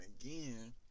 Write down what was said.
again